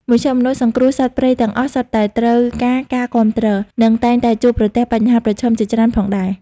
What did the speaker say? មជ្ឈមណ្ឌលសង្គ្រោះសត្វព្រៃទាំងអស់សុទ្ធតែត្រូវការការគាំទ្រ និងតែងតែជួបប្រទះបញ្ហាប្រឈមជាច្រើនផងដែរ។